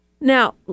now